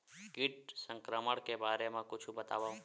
कीट संक्रमण के बारे म कुछु बतावव?